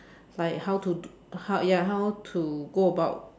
like how to do how ya how to go about